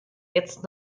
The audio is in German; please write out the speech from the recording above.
jetzt